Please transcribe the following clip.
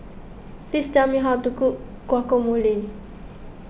please tell me how to cook Guacamole